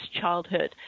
childhood